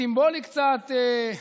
סימבולי קצת,